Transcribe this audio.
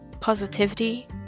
positivity